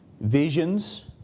visions